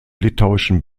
litauischen